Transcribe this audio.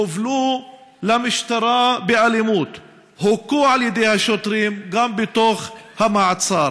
הובלו למשטרה באלימות והוכו על ידי השוטרים גם בתוך המעצר.